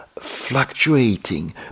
fluctuating